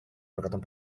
perkataan